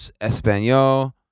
Espanol